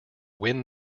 win